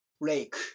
Lake